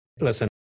Listen